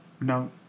no